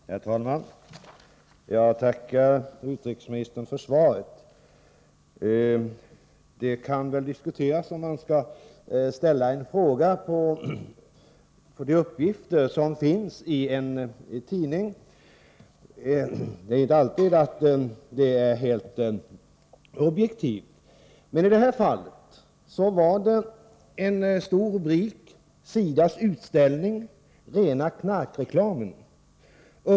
Herr talman! Jag tackar utrikesministern för svaret. Det kan väl diskuteras om man skall ställa en fråga på grundval av de uppgifter som finns i en tidning. Det är inte ADalltid som de är helt objektiva. Men i det här fallet var det en stor rubrik: ””SIDA:s utställning rena knarkreklamen'.